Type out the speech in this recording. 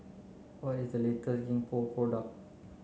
what is the latest Gingko product